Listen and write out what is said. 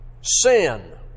Sin